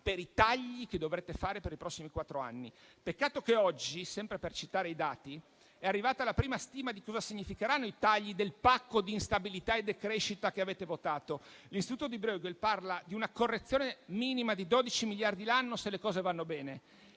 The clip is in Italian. per i tagli che dovrete fare per i prossimi quattro anni. Peccato che oggi - sempre per citare i dati - è arrivata la prima stima di cosa significheranno i tagli del pacco di instabilità e decrescita che avete votato. L'istituto Bruegel parla di una correzione minima di 12 miliardi l'anno se le cose vanno bene